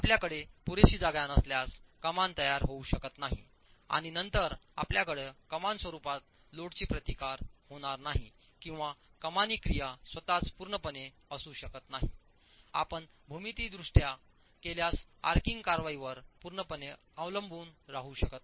आपल्याकडे पुरेशी जागा नसल्यास कमान तयार होऊ शकत नाही आणि नंतर आपल्याकडे कमान स्वरूपात लोडचा प्रतिकार होणार नाही किंवा कमानी क्रिया स्वतःच पूर्णपणे असू शकत नाही आपण भूमितीयदृष्ट्या केल्यास आर्काइंग कारवाईवर पूर्णपणे अवलंबून राहू शकत नाही